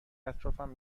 اطرافم